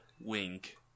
Wink